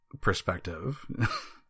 perspective